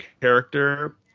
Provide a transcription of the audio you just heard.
character